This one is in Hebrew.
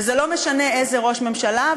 וזה לא משנה איזה ראש ממשלה,